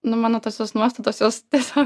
nu mano tosios nuostatos juos tiesiog